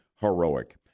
heroic